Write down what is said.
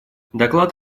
доклад